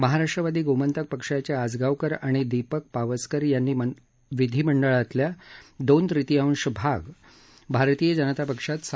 महाराष्ट्रवादी गोमंतक पक्षाच्या आजगावकर आणि दीपक पावसकर यांनी विधीमंडळातला दोन तृतीयांश भाग भारतीय जनता पक्षात सामील केला आहे